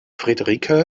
friederike